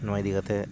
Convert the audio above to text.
ᱱᱚᱣᱟ ᱤᱫᱤ ᱠᱟᱛᱮᱫ